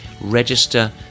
register